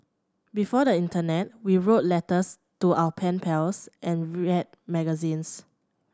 before the internet we wrote letters to our pen pals and read magazines